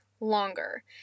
longer